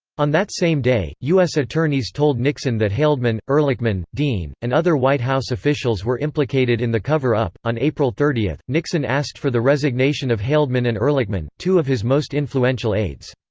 on that same day, u s. attorneys told nixon that haldeman, ehrlichman, dean, and other white house officials were implicated in the cover-up on april thirty, nixon asked for the resignation of haldeman and ehrlichman, two of his most influential aides.